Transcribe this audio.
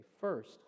First